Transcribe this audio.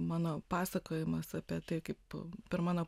mano pasakojimas apie tai kaip per mano